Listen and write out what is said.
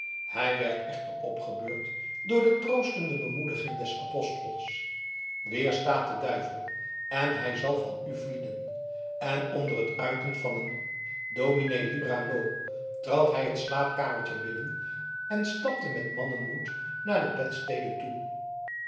hij werd echter opgebeurd door de troostende bemoediging des apostels weerstaat den duivel en hij zal van u vlieden en onder het uiten van een domine libera nos trad hij het slaapkamertje binnen en stapte met mannenmoed naar de bedstede toe